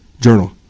journal